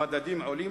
המדדים עולים,